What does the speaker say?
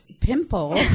pimple